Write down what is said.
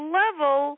level